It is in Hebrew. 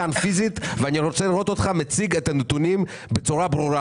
ואני רוצה לראות אותך מציג את הנתונים בצורה ברורה.